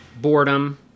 boredom